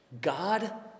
God